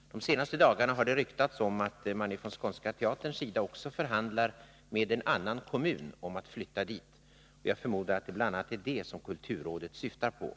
Under de senaste dagarna har det ryktats om att man från Skånska Teaterns sida också förhandlar med en annan kommun om att flytta dit. Jag förmodar att det bl.a. är detta som kulturrådet syftar på.